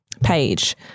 page